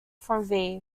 from